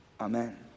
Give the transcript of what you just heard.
Amen